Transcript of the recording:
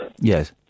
Yes